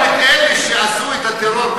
גם את אלה שעשו את הטרור,